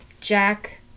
Jack